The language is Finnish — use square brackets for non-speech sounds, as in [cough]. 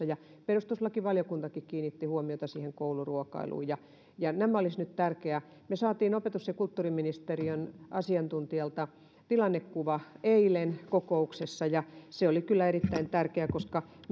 [unintelligible] ja perustuslakivaliokuntakin kiinnitti huomiota siihen kouluruokailuun nämä olisivat nyt tärkeitä me saimme opetus ja kulttuuriministeriön asiantuntijalta tilannekuvan eilen kokouksessa ja se oli kyllä erittäin tärkeä koska me